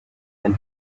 when